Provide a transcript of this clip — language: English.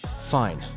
Fine